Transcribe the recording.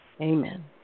Amen